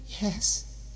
Yes